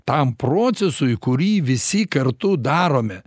tam procesui kurį visi kartu darome